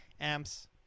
amps